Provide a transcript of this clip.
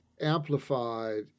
amplified